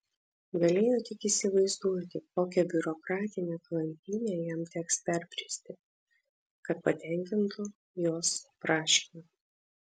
galėjo tik įsivaizduoti kokią biurokratinę klampynę jam teks perbristi kad patenkintų jos prašymą